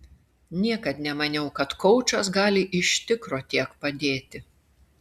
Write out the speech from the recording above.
niekad nemaniau kad koučas gali iš tikro tiek padėti